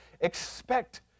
expect